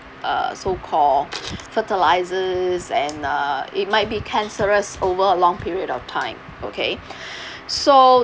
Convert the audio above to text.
uh so call fertilizers and uh it might be cancerous over a long period of time okay so